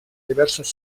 diverses